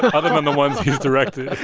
but other than the ones he's directed